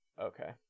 Okay